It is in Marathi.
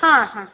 हां हां